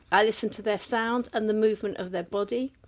i listen to their sound and the movement of their body.